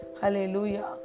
Hallelujah